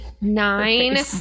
nine